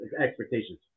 expectations